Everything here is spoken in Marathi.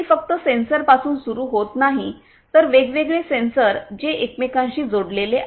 हे फक्त सेन्सर्सपासून सुरू होत नाही तर वेगवेगळे सेन्सर जे एकमेकांशी जोडलेले आहेत